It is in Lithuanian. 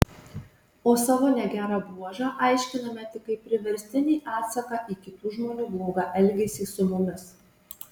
o savo negerą bruožą aiškiname tik kaip priverstinį atsaką į kitų žmonių blogą elgesį su mumis